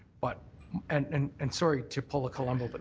but and and and sorry to pull a colombo, but